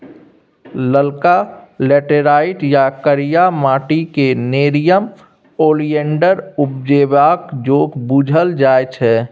ललका लेटैराइट या करिया माटि क़ेँ नेरियम ओलिएंडर उपजेबाक जोग बुझल जाइ छै